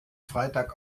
freitag